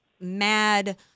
mad